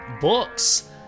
books